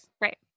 Right